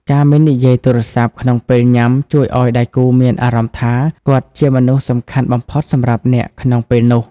ការមិននិយាយទូរស័ព្ទក្នុងពេលញ៉ាំ ជួយឱ្យដៃគូមានអារម្មណ៍ថាគាត់គឺជាមនុស្សសំខាន់បំផុតសម្រាប់អ្នកក្នុងពេលនោះ។